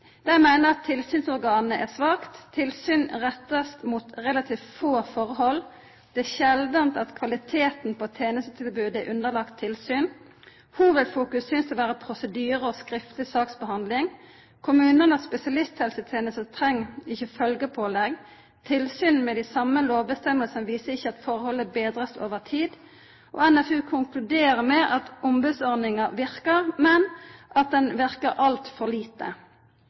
Dei meiner at tilsynsorganet er svakt: Tilsyn blir retta mot relativt få forhold. Det er sjeldan at kvaliteten på tenestetilbodet er underlagd tilsyn. Hovudfokus synest å vera prosedyre og skriftleg saksbehandling. Kommunane og spesialisthelsetenestene treng ikkje følgje pålegg. Tilsyn med dei same lovbestemmingane viser ikkje at forholda blir betre over tid. NFU konkluderer med at ombodsordninga verkar, men at den verkar altfor lite. Dei meiner òg at ombodsordninga verkar berre for